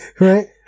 Right